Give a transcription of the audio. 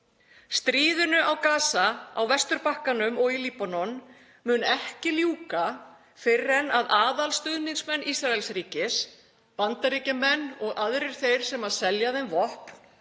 Stríðinu á Gaza, á Vesturbakkanum og í Líbanon mun ekki ljúka fyrr en aðalstuðningsmenn Ísraelsríkis, Bandaríkjamenn og aðrir þeir sem selja þeim vopn,